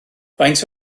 faint